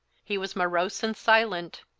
he was morose and silent,